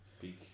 big